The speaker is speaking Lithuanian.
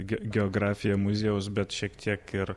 ge geografiją muziejaus bet šiek tiek ir